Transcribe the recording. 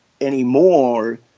anymore